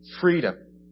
freedom